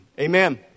Amen